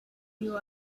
you